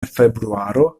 februaro